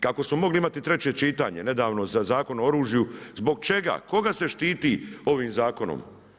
Kako smo mogli imati treće čitanje, nedavno za Zakon o oružju, zbog čega, koga se štiti ovim zakonom?